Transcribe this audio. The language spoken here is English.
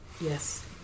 Yes